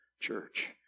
church